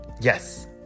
Yes